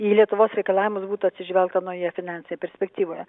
į lietuvos reikalavimus būtų atsižvelgta naujoje finansė perspektyvoje